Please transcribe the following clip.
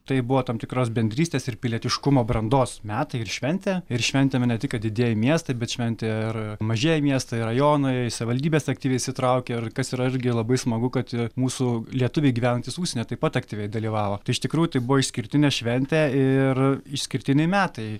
tai buvo tam tikros bendrystės ir pilietiškumo brandos metai ir šventė ir šventėme ne tik kad didieji miestai bet šventė ir mažieji miestai rajonai savaldybės aktyviai įsitraukė ir kas yra irgi labai smagu kad mūsų lietuviai gyvenantys užsienyje taip pat aktyviai dalyvavo tai iš tikrųjų tai buvo išskirtinė šventė ir išskirtiniai metai